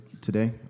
today